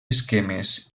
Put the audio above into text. esquemes